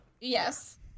yes